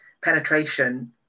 penetration